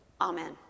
Amen